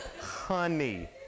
Honey